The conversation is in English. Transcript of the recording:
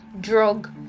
drug